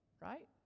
Right